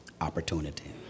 opportunity